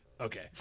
okay